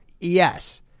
yes